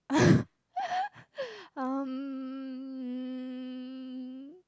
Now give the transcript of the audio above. um